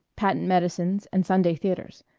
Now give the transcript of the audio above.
patent medicines, and sunday theatres.